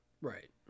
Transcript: right